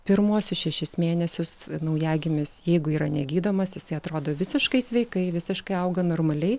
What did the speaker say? pirmuosius šešis mėnesius naujagimis jeigu yra negydomas jis atrodo visiškai sveikai visiškai auga normaliai